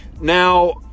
now